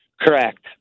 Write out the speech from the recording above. Correct